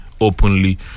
openly